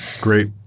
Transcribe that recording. Great